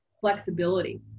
flexibility